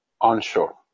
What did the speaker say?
onshore